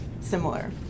similar